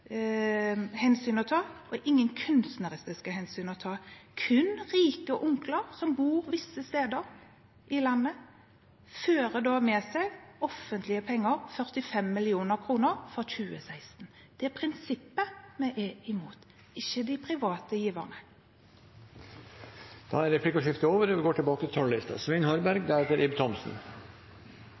hensyn å ta og ingen kunstneriske hensyn å ta, kun rike onkler som bor visse steder i landet, fører med seg offentlige penger, 45 mill. kr for 2016. Det er prinsippet vi er imot, ikke de private giverne. Replikkordskiftet er dermed omme. En lang og